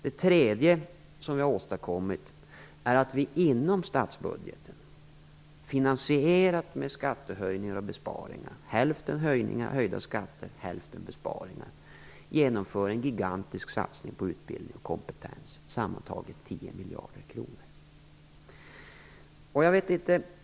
Vi har för det tredje inom statsbudgeten genom skattehöjningar och besparingar - hälften höjda skatter och hälften höjda besparingar finansierat en gigantisk satsning på utbildning och kompetens på sammanlagt 10 miljarder kronor.